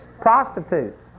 prostitutes